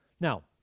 Now